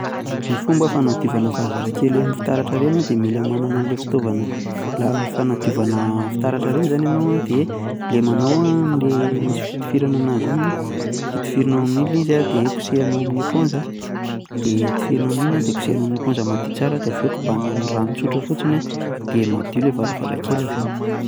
Ny fomba fanadiovana varavarankely amin'ny fitaratra reny a, de mila manana anle fitaovana le fanadiovana fitaratra reny zany enao a, de lemanao amle misy fitifirana anazy iny a de tifirinao amin'iny le izy a de kosehanao amin'ny eponza de tifirinao amin'iny a de kosehanao amin'ny eponza madio tsara de aveo kobanina amin'ny rano tsotra fotsiny a de madio le varavarankely aveo.